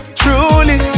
truly